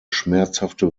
schmerzhafte